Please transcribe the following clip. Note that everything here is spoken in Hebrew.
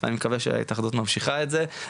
אני מקווה שההתאחדות ממשיכה את זה,